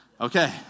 Okay